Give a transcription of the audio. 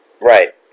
right